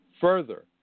Further